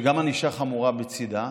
וגם ענישה חמורה בצידה.